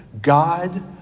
god